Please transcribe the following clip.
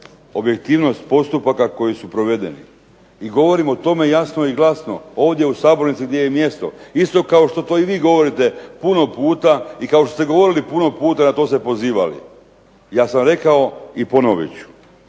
objektivnost postupaka koji su provedeni. I govorim o tome glasno i jasno ovdje u sabornici gdje je mjesto isto tako kao što i vi govorite puno puta i kao što ste govorili puno puta i na to se pozivali. Ja sam rekao i ponovit ću